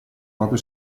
proprio